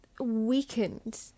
weakened